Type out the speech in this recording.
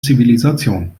zivilisation